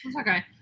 okay